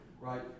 right